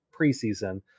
preseason